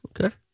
Okay